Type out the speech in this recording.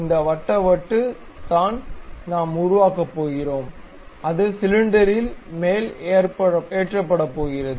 இந்த வட்ட வட்டு தான் நாம் உருவாக்கப் போகிறோம் அது சிலிண்டரில் மேல் ஏற்றப்பட போகிறது